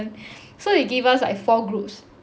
so you gave us like four groups